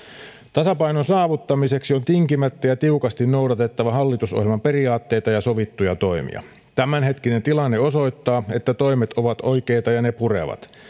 tasapainon saavuttamiseksi on tinkimättä ja tiukasti noudatettava hallitusohjelman periaatteita ja sovittuja toimia tämänhetkinen tilanne osoittaa että toimet ovat oikeita ja ne purevat